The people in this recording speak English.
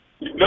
No